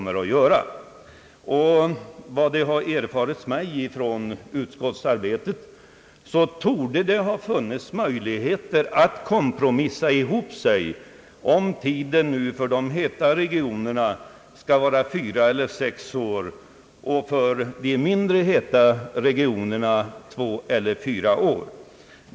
Efter vad jag hört från utskottsarbetet, torde det ha funnits möjligheter att kompromissa om tiden för de heta regionerna skall vara fyra eller sex år och för de mindre heta två eller fyra år.